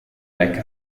like